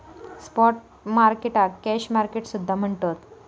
spot मार्केटाक cash market सुद्धा म्हणतत